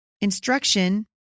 instruction